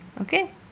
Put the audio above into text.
Okay